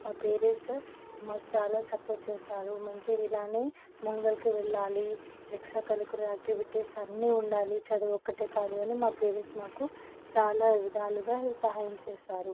మా పేరెంట్స్ మాకు చాలా సపోర్ట్ చేస్తారు మంచి ఇలానే ముంగల్కి వెళ్ళాలి ఎక్సట్రా కరీకులర్ ఆక్టివిటీస్ అన్ని ఉండాలి చదువు ఒక్కటే కాదు అని మా పేరెంట్స్ మాకు చాలా విధాలుగా సహాయం చేశారు